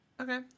Okay